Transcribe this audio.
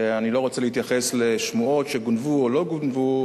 ואני לא רוצה להתייחס לשמועות שגונבו או לא גונבו,